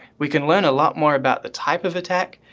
we can learn a lot more about the type of attack,